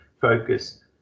focus